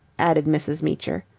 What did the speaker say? added mrs. meecher.